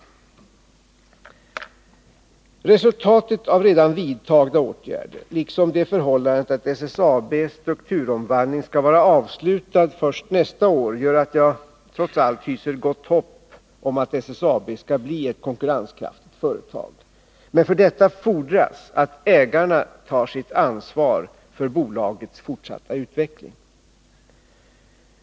Resultatet av redan vidtagna åtgärder, liksom det förhållandet att SSAB:s strukturomvandling skall vara avslutad först nästa år, gör att jag trots allt hyser gott hopp om att SSAB skall bli ett konkurrenskraftigt företag. Men för detta fordras att ägarna tar sitt ansvar för bolagets fortsatta utveckling.